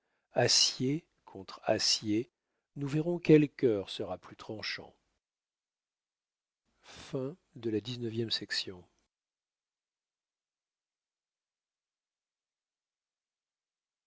acier contre acier nous verrons quel cœur sera plus tranchant